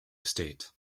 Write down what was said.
estate